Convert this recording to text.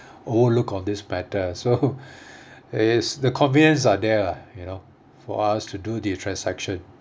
overlooked on this matter so it's the convenience are there lah you know for us to do the transaction